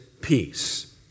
peace